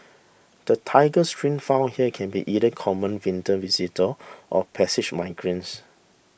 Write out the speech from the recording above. the Tiger Shrikes found here can be either common winter visitors or passage migrants